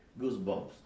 goosebumps